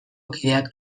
kideak